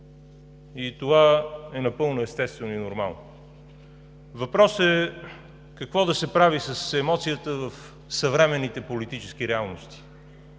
Това е напълно естествено и нормално. Въпросът е: какво да се прави с емоцията в съвременните политически реалности?